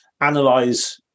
analyze